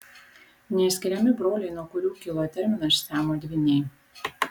neišskiriami broliai nuo kurių kilo terminas siamo dvyniai